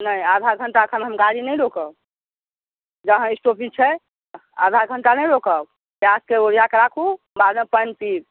नइ आधा घण्टा एखन हम गाड़ी नहि रोकब जहाँ स्टॉपिज छै आधा घण्टा नहि रोकब बैगके ओरिया कऽ राखू बादमे पानि पीब